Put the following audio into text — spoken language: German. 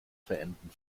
verenden